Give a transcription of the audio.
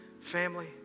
family